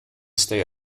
stay